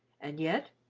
and yet,